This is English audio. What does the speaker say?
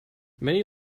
many